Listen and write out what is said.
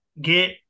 get